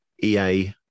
EA